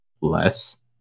less